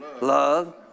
love